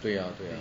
对呀对呀